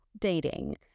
dating